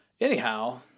anyhow